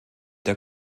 der